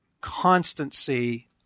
constancy